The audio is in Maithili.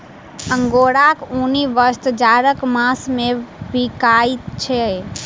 अंगोराक ऊनी वस्त्र जाड़क मास मे बिकाइत अछि